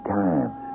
times